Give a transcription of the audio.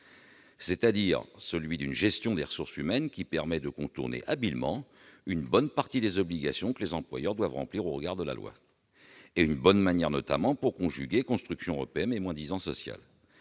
détachement, celui d'une gestion des ressources humaines permettant de contourner habilement une bonne partie des obligations que les employeurs doivent remplir au regard de la loi. C'est aussi une bonne manière de conjuguer, notamment, construction européenne et moins-disant social.